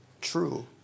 true